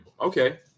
okay